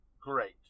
great